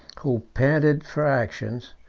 who panted for action,